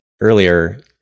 earlier